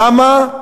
למה?